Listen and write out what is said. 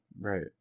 Right